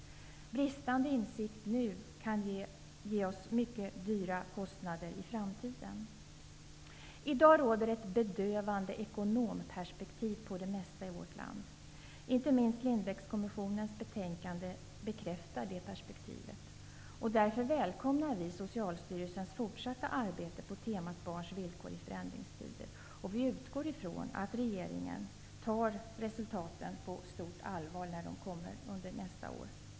Bristande insikt nu kan ge oss mycket stora kostnader i framtiden. I dag råder ett bedövande ekonomperspektiv på det mesta i vårt land. Inte minst Lindbeckkommissionens betänkande bekräftade detta perspektiv. Därför välkomnar vi Socialstyrelsens fortsatta arbete på temat Barns villkor i förändringstider. Vi utgår ifrån att regeringen tar de resultat som kommer under nästa år på stort allvar.